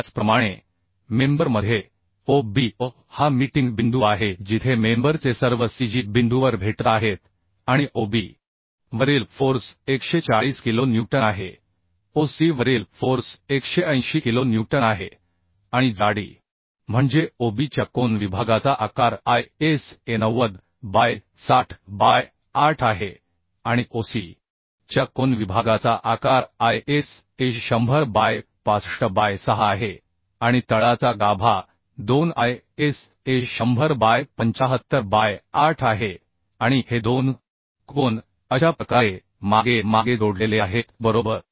त्याचप्रमाणे मेंबर मध्ये OB O हा मीटिंग बिंदू आहे जिथे मेंबर चे सर्व Cg बिंदूवर भेटत आहेत आणि OB वरील फोर्स 140 किलो न्यूटन आहे Oc वरील फोर्स 180 किलो न्यूटन आहे आणि जाडीम्हणजे OB च्या कोन विभागाचा आकार ISA 90 बाय 60 बाय 8 आहे आणि OC च्या कोन विभागाचा आकार ISA 100 बाय 65 बाय 6 आहे आणि तळाचा गाभा 2 ISA 100 बाय 75 बाय 8 आहे आणि हे दोन कोन अशा प्रकारे मागे मागे जोडलेले आहेत बरोबर